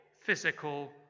physical